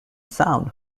sound